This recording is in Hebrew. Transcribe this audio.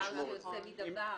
זה דבר שיוצא מדבר.